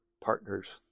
partners